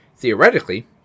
Theoretically